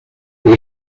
que